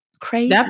Crazy